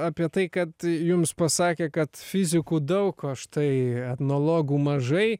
apie tai kad jums pasakė kad fizikų daug o štai etnologų mažai